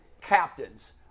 captains